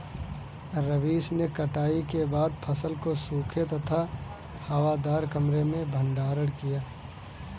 रवीश ने कटाई के बाद फसल को सूखे तथा हवादार कमरे में भंडारण किया